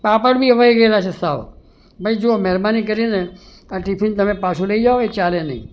પાપડ બી હવાઈ ગયેલા છે સાવ ભાઈ જુઓ મહેરબાની કરીને આ ટિફિન તમે પાછું લઈ જાવ એ ચાલે નહીં